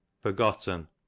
forgotten